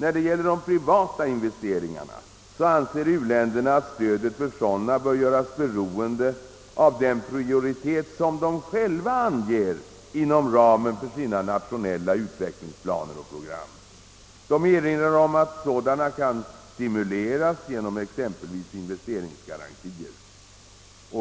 När det gäller de privata investeringarna anser u-länderna, att stödet för sådana bör göras beroende av den prioritet som de själva anger inom ramen för sina nationella utvecklingsplaner och program. De erinrar om att sådana kan stimuleras genom exempelvis investeringsgarantier.